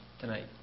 tonight